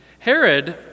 Herod